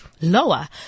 lower